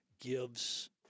gives